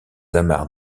amarres